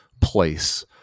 place